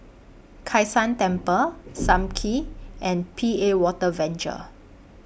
Kai San Temple SAM Kee and P A Water Venture